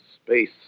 space